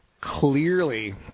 Clearly